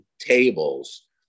tables